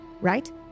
right